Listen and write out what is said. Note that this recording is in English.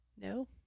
No